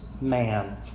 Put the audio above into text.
man